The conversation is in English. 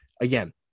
again